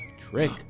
Trick